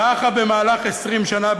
ככה במהלך 20 שנה,